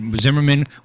Zimmerman